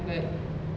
oh really